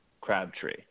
Crabtree